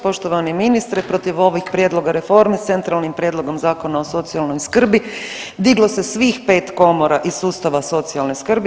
Poštovani ministre protiv ovih prijedloga reformi s centralnim prijedlogom Zakona o socijalnoj skrbi diglo se svi 5 komora iz sustava socijalne skrbi.